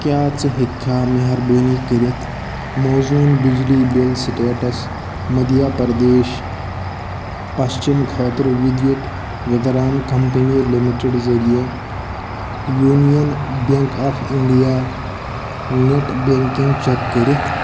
کیٛاہ ژٕ ہیٚکہِ کھا مہربانۍ کرتھ موضوٗن بجلی بِل سٹیٹس مدھیہ پردیش پَسچِم خٲطرٕ وِدیوت وتران کمپنی لِمِٹڈ ذریعہٕ union bank of India net banking check کرِتھ